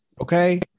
okay